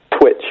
twitch